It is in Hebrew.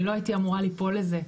אני לא הייתי אמורה ליפול לזה,